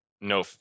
no